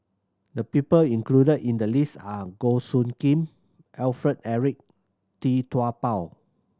the people included in the list are Goh Soo Khim Alfred Eric Tee Tua Ba